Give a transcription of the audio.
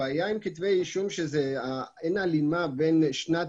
הבעיה עם כתבי אישום היא שאין הלימה בין שנת